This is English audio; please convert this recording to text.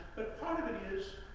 but part of it is,